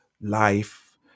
Life